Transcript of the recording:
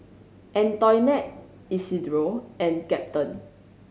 Antoinette Isidro and Captain